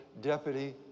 deputy